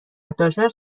داشتنش